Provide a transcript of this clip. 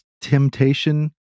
temptation